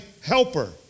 helper